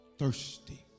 thirsty